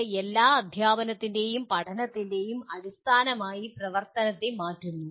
ഇത് എല്ലാ അധ്യാപനത്തിൻ്റെയും പഠനത്തിൻ്റെയും അടിസ്ഥാനമായി പ്രവർത്തനത്തെ മാറ്റുന്നു